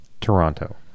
Toronto